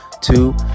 Two